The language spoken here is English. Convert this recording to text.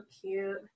cute